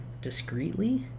discreetly